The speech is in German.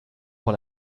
mal